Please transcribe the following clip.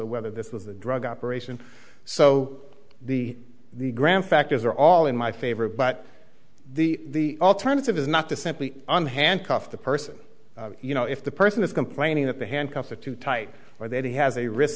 or whether this was a drug operation so the the grand factors are all in my favor but the alternative is not to simply on handcuff the person you know if the person is complaining that the handcuffs are too tight or that he has a wris